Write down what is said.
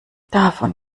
davon